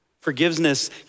Forgiveness